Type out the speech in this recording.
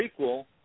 prequel